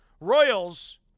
Royals